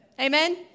Amen